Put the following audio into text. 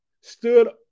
stood